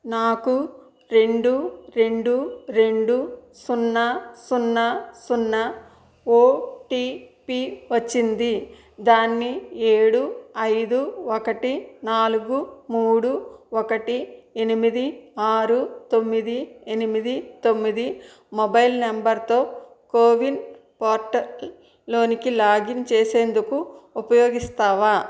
నాకు రెండు రెండు రెండు సున్నా సున్నా సున్నా ఓటిపి వచ్చింది దాన్ని ఏడు ఐదు ఒకటి నాలుగు మూడు ఒకటి ఎనిమిది ఆరు తొమ్మిది ఎనిమిది తొమ్మిది మొబైల్ నెంబర్తో కోవిన్ పోర్టల్లోనికి లాగిన్ చేసేందుకు ఉపయోగిస్తావా